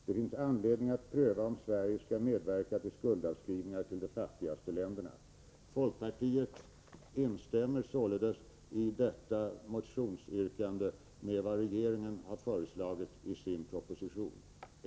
Det finns anledning att pröva om Sverige skall medverka till skuldavskrivningar till de fattigaste länderna.” I detta motionsyrkande instämmer folkpartiet således i vad regeringen har föreslagit i propositionen.